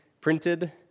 printed